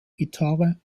gitarre